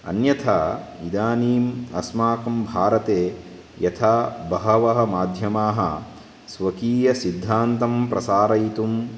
अन्यथा इदानीम् अस्माकं भारते यथा बहवः माध्यमाः स्वकीयसिद्धान्तं प्रसारयितुं